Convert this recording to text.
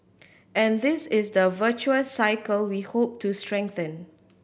and this is the virtuous cycle we hope to strengthen